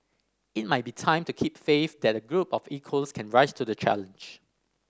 it might be time to keep faith that a group of equals can rise to the challenge